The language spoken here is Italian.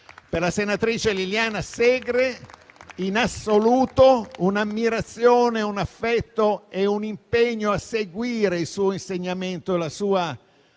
per la senatrice Liliana Segre; in assoluto un'ammirazione, un affetto e un impegno a seguire il suo insegnamento, la sua